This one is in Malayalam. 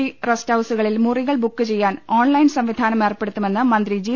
ഡി റെസ്റ്റ് ഹൌസുകളിൽ മുറികൾ ബുക്ക് ചെയ്യാൻ ഓൺലൈൻ സംവിധാനം ഏർപ്പെടുത്തുമെന്ന് മന്ത്രി ജി